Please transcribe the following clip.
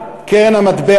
מדברות בשם האחריות